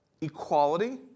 equality